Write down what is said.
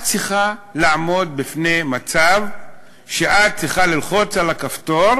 את צריכה לעמוד בפני מצב שאת צריכה ללחוץ על הכפתור